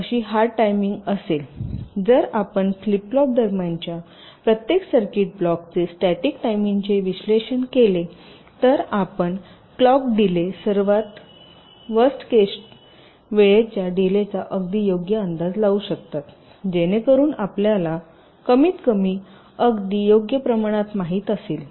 तर जर आपण फ्लिप फ्लॉप दरम्यानच्या प्रत्येक सर्किट ब्लॉकचे स्टॅटिक टायमिंगचे विश्लेषण केले तर आपण क्लॉक डीले दरम्यान सर्वात वर्स्ट केसच्या वेळेच्या डीलेचा अगदी योग्य अंदाज लावू शकता जेणेकरून आपल्याला कमीतकमी अगदी योग्य प्रमाणात माहित असेल